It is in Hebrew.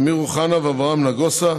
אמיר אוחנה ואברהם נגוסה,